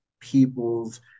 people's